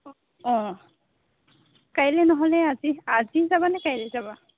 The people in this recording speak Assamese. অঁ কাইলৈ নহ'লে আজি আজি যাবানে কাইলৈ যাবা